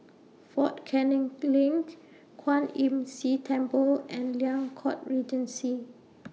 Fort Canning LINK Kwan Imm See Temple and Liang Court Regency